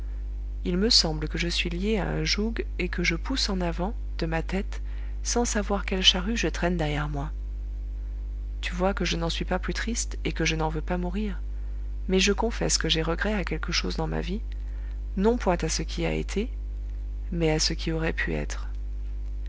il me semble que je suis liée à un joug et que je pousse en avant de ma tête sans savoir quelle charrue je traîne derrière moi tu vois que je n'en suis pas plus triste et que je n'en veux pas mourir mais je confesse que j'ai regret à quelque chose dans ma vie non point à ce qui a été mais à ce qui aurait pu être